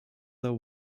their